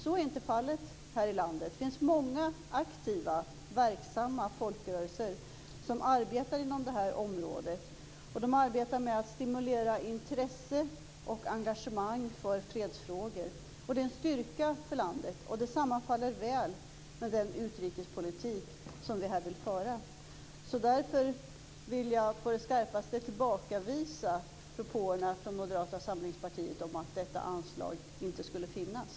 Så är inte fallet här i landet. Det finns många aktiva verksamma folkrörelser som arbetar inom det här området. De arbetar med att stimulera intresse och engagemang för fredsfrågor. Det är en styrka för landet, och det sammanfaller väl med den utrikespolitik som vi här vill föra. Därför vill jag på det skarpaste tillbakavisa propåerna från Moderata samlingspartiet om att detta anslag inte skulle finnas.